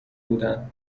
بودن